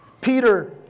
Peter